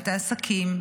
את העסקים,